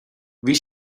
bhí